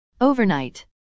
Overnight